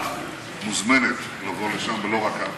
את מוזמנת לבוא לשם, ולא רק את.